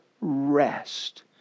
rest